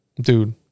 Dude